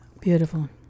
Beautiful